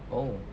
oh